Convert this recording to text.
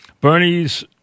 Bernie's